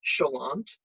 chalant